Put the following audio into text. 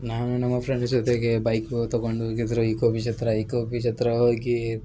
ನಾನು ನಮ್ಮ ಫ್ರೆಂಡ್ಸ್ ಜೊತೆಗೆ ಬೈಕು ತಗೊಂಡು ಹೋಗಿದ್ರು ಇಕೋ ಬೀಚ್ ಹತ್ರ ಇಕೋ ಬೀಚ್ ಹತ್ರ ಹೋಗಿ